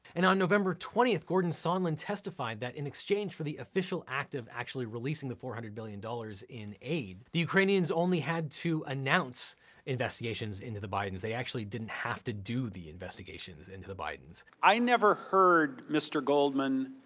and on november twentieth, gordon sondland testified that in exchange for the official act of actually releasing the four hundred million dollars in aid, the ukrainians only had to announce investigations into the bidens, they actually didn't have to do the investigations into the bidens. i never heard mr. goldman,